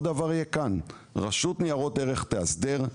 שאותו הדבר יהיה כאן: שרשות ניירות ערך תאסדר,